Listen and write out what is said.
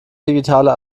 digitale